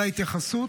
על ההתייחסות.